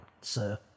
sir